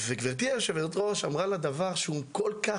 גברתי יושבת הראש אמרה לה דבר מהותי,